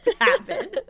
happen